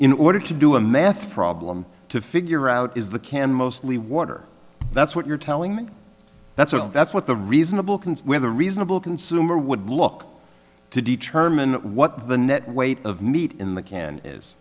in order to do a math problem to figure out is the canned mostly water that's what you're telling me that's what that's what the reasonable can with a reasonable consumer would look to determine what the net weight of meat in the can is